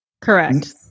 Correct